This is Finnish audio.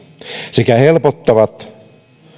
sekä helpottavat